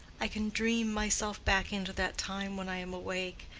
i can dream myself back into that time when i am awake,